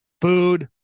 food